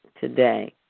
today